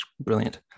Brilliant